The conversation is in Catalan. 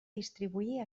distribuir